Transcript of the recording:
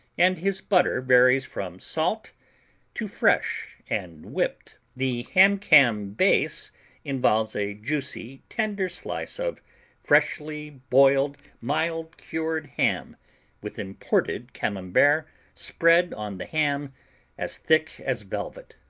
and his butter varies from salt to fresh and whipped. the ham-cam base involves a juicy, tender slice of freshly boiled, mild-cured ham with imported camembert spread on the ham as thick as velvet.